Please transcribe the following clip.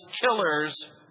killers